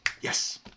Yes